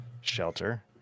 shelter